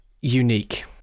unique